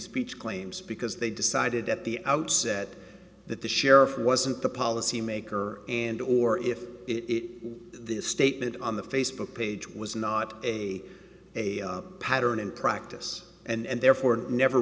speech claims because they decided at the outset that the sheriff wasn't the policy maker and or if it this statement on the facebook page was not a pattern and practice and therefore never